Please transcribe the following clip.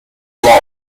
law